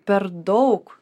per daug